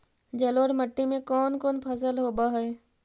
जलोढ़ मट्टी में कोन कोन फसल होब है?